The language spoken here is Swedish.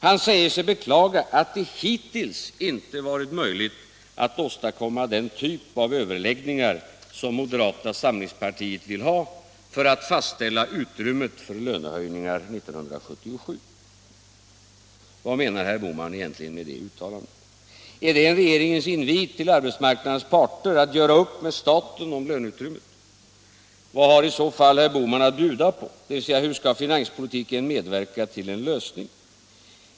Han säger sig beklaga att det hittills inte varit möjligt att åstadkomma den typ av överläggningar som moderata samlingspartiet vill ha för att fastställa utrymmet för lönehöjningar 1977. Vad menar herr Bohman egentligen med det uttalandet? Är det en regeringens invit till arbetsmarknadens parter att göra upp med staten om löneutrymmet? Vad har i så fall herr Bohman att bjuda på, dvs. hur skall finanspolitiken medverka till en lösning?